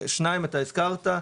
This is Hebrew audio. שניים הזכרת,